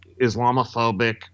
Islamophobic